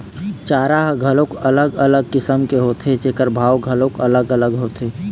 चारा ह घलोक अलग अलग किसम के होथे जेखर भाव घलोक अलग अलग होथे